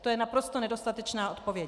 To je naprosto nedostatečná odpověď.